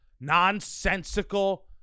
nonsensical